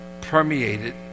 permeated